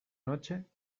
noche